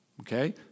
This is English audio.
Okay